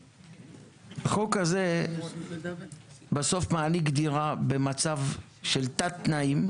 החוק הזה בסוף מעניק דירה במצב של תת תנאים,